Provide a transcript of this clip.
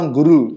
Guru